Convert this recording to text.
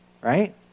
right